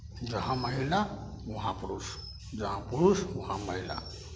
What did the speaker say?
जहाँ महिला वहाँ पुरुष जहाँ पुरुष वहाँ महिला